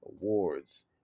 awards